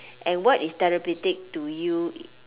and what is therapeutic to you